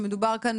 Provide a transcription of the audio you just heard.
כשמדובר כאן